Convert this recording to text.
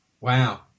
Wow